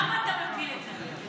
למה אתה מפיל עליי את זה עכשיו?